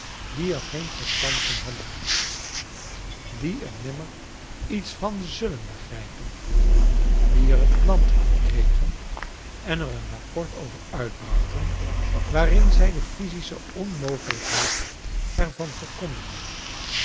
die er geen verstand van hadden die er nirnmer iets van zullen begrijpen die er het land aan kregen en er een rapport over uitbrachten waarin zij de physisohe onmogelijkheid er van verkondigden